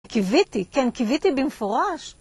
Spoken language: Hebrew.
קיוויתי, כן קיוויתי במפורש